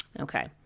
Okay